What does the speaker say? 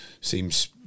Seems